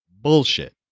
bullshit